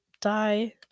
die